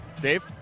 Dave